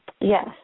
Yes